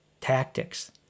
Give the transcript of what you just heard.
Tactics